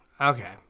Okay